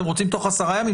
אם אתם רוצים תוך 10 ימים,